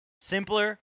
simpler